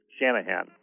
Shanahan